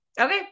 Okay